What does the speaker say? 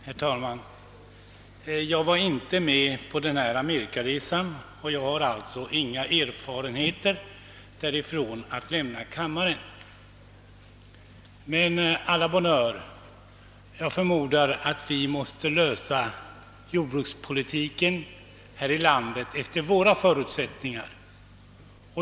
Herr talman! Jag var inte med på den omtalade amerikaresan och har alltså inga erfarenheter därifrån att delge kammaren. Men å la bonne heure — jag förmodar att vi måste lösa jordbrukspolitiken här i landet efter våra förutsättningar.